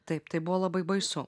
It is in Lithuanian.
taip tai buvo labai baisu